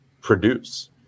produce